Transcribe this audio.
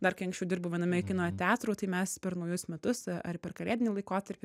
dar kai anksčiau dirbau viename kino teatrų tai mes per naujus metus ar per kalėdinį laikotarpį